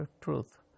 truth